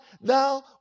thou